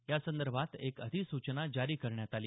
यासंदर्भात एक अधिसूचना जारी करण्यात आली